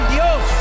Dios